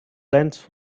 lens